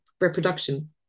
reproduction